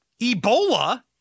Ebola